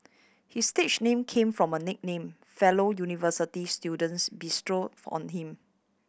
his stage name came from a nickname fellow university students bestowed on him